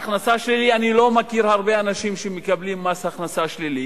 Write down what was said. אני לא מכיר הרבה אנשים שמקבלים מס הכנסה שלילי,